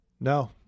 no